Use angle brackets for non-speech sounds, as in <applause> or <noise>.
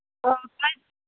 <unintelligible>